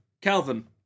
Calvin